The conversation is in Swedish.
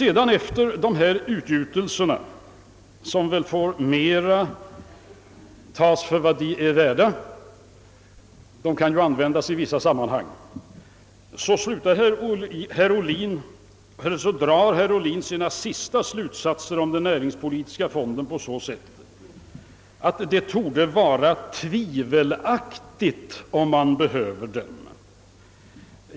Efter dessa utgjutelser, som väl får tas för vad de är värda — de kan ju användas i vissa sammanhang — drar herr Ohlin sina senaste slutsatser om den näringspolitiska fonden på så sätt, att det torde vara tvivelaktigt om man behöver den.